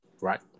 Right